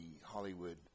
Hollywood